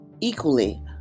equally